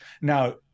now